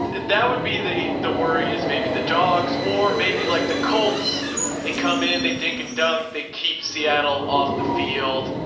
that would be the, the worry is maybe the dogs or maybe like the colts they come in, they dink and dunk. they keep seattle off the field.